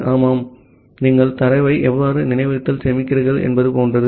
ஆமாம் நீங்கள் தரவை எவ்வாறு நினைவகத்தில் சேமிக்கிறீர்கள் என்பது போன்றது